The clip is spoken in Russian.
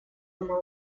умы